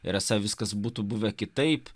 ir esą viskas būtų buvę kitaip